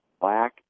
black